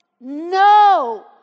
No